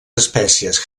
espècies